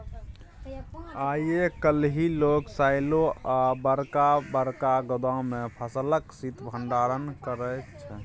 आइ काल्हि लोक साइलो आ बरका बरका गोदाम मे फसलक शीत भंडारण करै छै